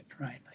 right